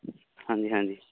ਹਾਂਜੀ ਹਾਂਜੀ